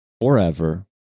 forever